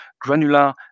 granular